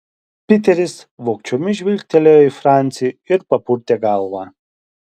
piteris vogčiomis žvilgtelėjo į francį ir papurtė galvą